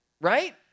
right